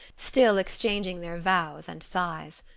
still exchanging their vows and sighs.